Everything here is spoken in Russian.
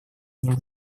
одним